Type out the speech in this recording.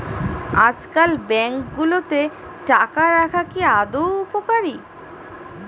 আজকাল ব্যাঙ্কগুলোতে টাকা রাখা কি আদৌ উপকারী?